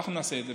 ונעשה את זה,